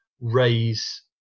raise